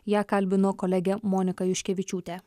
ją kalbino kolegė monika juškevičiūtė